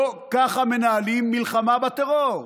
לא ככה מנהלים מלחמה בטרור.